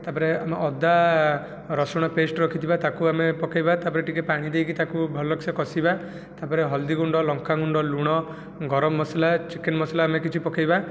ତାପରେ ଆମେ ଅଦା ରସୁଣ ପେଷ୍ଟ ରଖିଥିବା ତାକୁ ଆମେ ପକେଇବା ତାପରେ ଟିକିଏ ପାଣି ଦେଇକି ତାକୁ ଭଲସେ କଷିବା ତାପରେ ହଲଦୀ ଗୁଣ୍ଡ ଲଙ୍କା ଗୁଣ୍ଡ ଲୁଣ ଗରମ ମସଲା ଚିକେନ୍ ମସଲା ଆମେ କିଛି ପକେଇବା